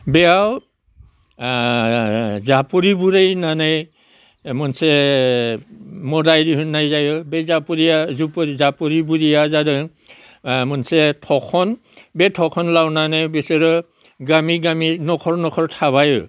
बेयाव जाफुरि बुरै होननानै मोनसे मोदाय होननाय जायो बे जाफुरियाव जाफुर बुरिया जादों मोनसे थखन बे थखन लानानै बिसोरो गामि गामि न'खर न'खर थाबायो